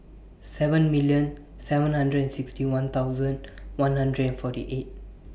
seven million seven hundred and sixty one thousand one hundred and forty eight